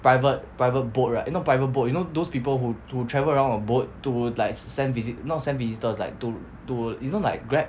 private private boat right eh not private boat you know those people who who travel around a boat to like send visitors not send visitors like to to you know like grab